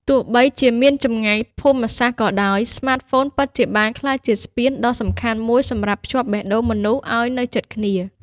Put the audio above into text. ទោះបីជាមាន ចម្ងាយភូមិសាស្ត្រ ក៏ដោយ ស្មាតហ្វូនពិតជាបានក្លាយជាស្ពានដ៏សំខាន់មួយសម្រាប់ភ្ជាប់បេះដូងមនុស្សឲ្យនៅជិតគ្នា។